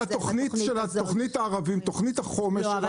כך בתוכנית החומש למגזר הערבי.